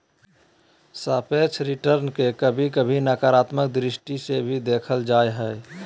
सापेक्ष रिटर्न के कभी कभी नकारात्मक दृष्टि से भी देखल जा हय